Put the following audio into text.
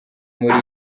muri